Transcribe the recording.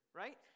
right